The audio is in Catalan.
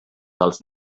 dels